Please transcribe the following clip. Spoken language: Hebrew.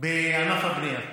בענף הבנייה.